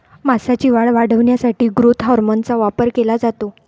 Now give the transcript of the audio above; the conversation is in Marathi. मांसाची वाढ वाढवण्यासाठी ग्रोथ हार्मोनचा वापर केला जातो